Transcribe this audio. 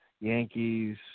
Yankees